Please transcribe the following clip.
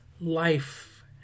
life